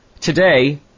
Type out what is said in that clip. today